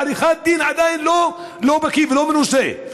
בעריכת דין אני עדיין לא בקי ולא מנוסה,